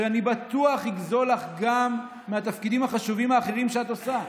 שאני בטוח יגזול לך גם מהתפקידים החשובים האחרים שאת עושה,